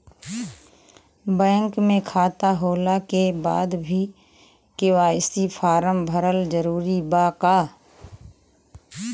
Bank में खाता होला के बाद भी के.वाइ.सी फार्म भरल जरूरी बा का?